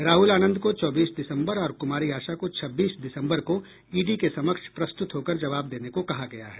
राहुल आनंद को चौबीस दिसम्बर और कुमारी आशा को छब्बीस दिसम्बर को ईडी के समक्ष प्रस्तुत होकर जवाब देने को कहा गया है